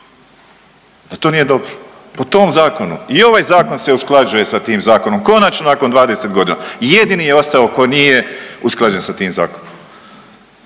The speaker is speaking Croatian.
da to nije dobro. Po tom zakonu i ovaj zakon se usklađuje sa tim zakonom konačno nakon 20 godina i jedini je ostao ko nije usklađen sa tim zakonom.